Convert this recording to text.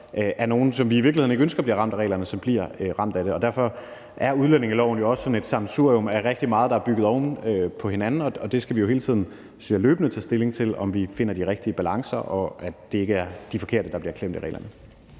er nogle, som vi i virkeligheden ikke ønsker bliver ramt af reglerne, men som bliver ramt af det. Derfor er udlændingeloven jo også sådan et sammensurium af rigtig meget, der er bygget oven på hinanden, og vi skal hele tiden løbende tage stilling til, om vi finder de rigtige balancer, og at det ikke er de forkerte, der bliver klemt af reglerne.